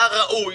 היה ראוי